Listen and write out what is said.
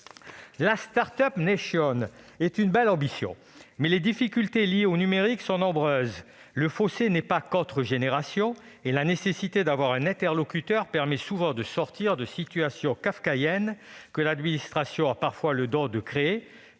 La « start-up nation » est une belle ambition, mais les difficultés liées au numérique sont nombreuses. Le fossé n'est pas qu'entre les générations. La présence d'un interlocuteur permet souvent de sortir de situations kafkaïennes que l'administration a parfois le don de créer,